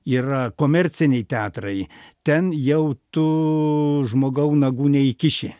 yra komerciniai teatrai ten jau tu žmogau nagų neįkiši